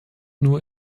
nur